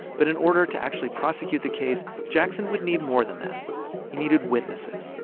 but in order to actually prosecute the case, jackson would need more than that he needed witnesses.